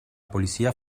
policía